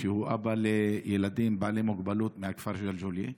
אבא לילדים בעלי מוגבלות מהכפר ג'לג'וליה,